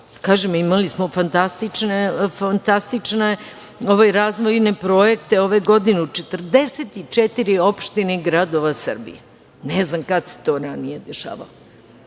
imali smo fantastične razvojne projekte ove godine u 44 opštine i gradova Srbije. Ne znam kad se to ranije dešavalo. Kad